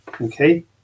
Okay